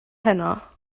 heno